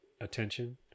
attention